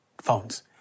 Phones